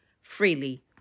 freely